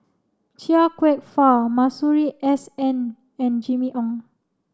Chia Kwek Fah Masuri S N and Jimmy Ong